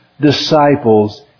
disciples